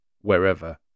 wherever